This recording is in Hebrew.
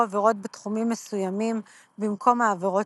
עבירות בתחומים מסוימים במקום העבירות